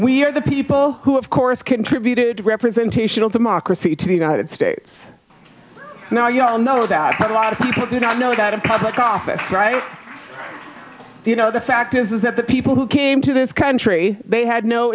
we are the people who have course contributed representational democracy to the united states now you all know that a lot of people do not know that in public office right you know the fact is that the people who came to this country they had no